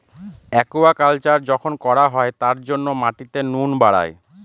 aquaculture যখন করা হয় তার জন্য মাটিতে নুন বাড়ায়